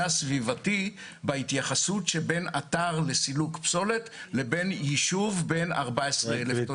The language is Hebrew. הסביבתי בנוגע לאתר לסילוק פסולת ביישוב עם 14,000 תושבים.